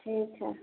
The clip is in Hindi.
ठीक है